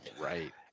Right